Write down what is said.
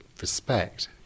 respect